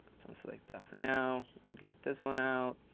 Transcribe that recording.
deselect that for now. we'll get this one out.